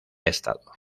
estado